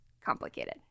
complicated